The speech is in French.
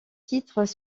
titres